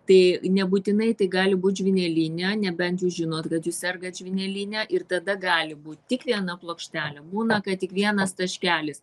tai nebūtinai tai gali būt žvynelinė nebent jūs žinot kad jūs sergat žvyneline ir tada gali būt tik viena plokštelė būna kad tik vienas taškelis